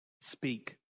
Speak